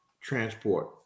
transport